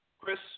Chris